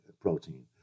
protein